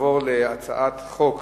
נעבור להצעת חוק